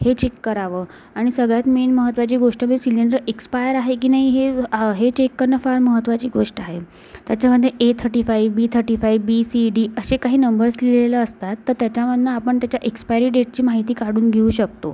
हे चेक करावं आणि सगळ्यात मेन महत्त्वाची गोष्ट सिलेंडर एक्सपायर आहे की नाही हे व आह हे चेक करणं फार महत्त्वाची गोष्ट आहे त्याच्यामधे A thirty five B thirty five B C D असे काही नंबर्स लिहिलेले असतात तर त्याच्यावरनं आपण त्याच्या एक्सपायरी डेटची माहिती काढून घेऊ शकतो